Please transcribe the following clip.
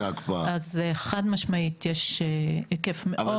אז חד משמעית יש היקף מאוד --- אבל